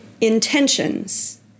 intentions